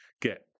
get